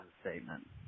statement